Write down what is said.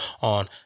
on